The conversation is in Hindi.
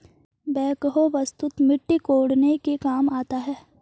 बेक्हो वस्तुतः मिट्टी कोड़ने के काम आता है